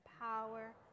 power